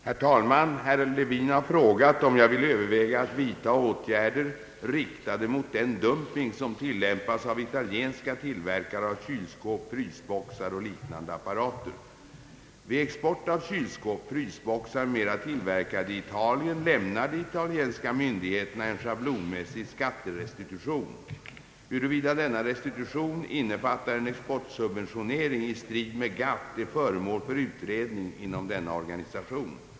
Herr talman! Herr Levin har frågat om jag vill överväga att vidtaga åtgärder riktade mot den dumping som tilllämpas av italienska tillverkare av kylskåp, frysboxar och liknande apparater. Vid export av kylskåp, frysboxar m.m. tillverkade i Italien lämnar de italienska myndigheterna en schablonmässig skatterestitution. Huruvida denna restitution innefattar en exportsubventionering i strid med GATT är föremål för utredning inom denna organisation.